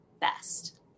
best